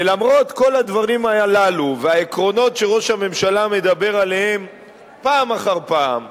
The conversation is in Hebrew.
ולמרות כל הדברים הללו והעקרונות שראש הממשלה מדבר עליהם פעם אחר פעם,